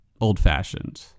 old-fashioned